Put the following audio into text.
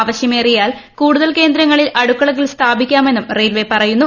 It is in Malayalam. ആവശ്യം ഏറിയാൽ കൂടുതൽ കേന്ദ്രങ്ങളിൽ അടുക്കളകൾ സ്ഥാപിക്കാമെന്നും റെയിൽവേ പറയുന്നു